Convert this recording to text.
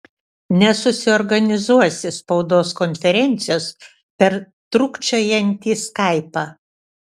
nesusiorganizuosi spaudos konferencijos per trūkčiojantį skaipą